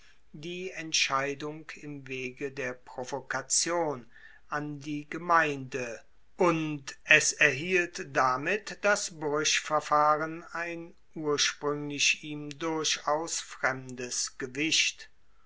die entscheidung im wege der provokation an die gemeinde und es erhielt damit das bruchverfahren ein urspruenglich ihm durchaus fremdes gewicht